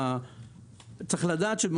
כמובן.